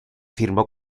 firmó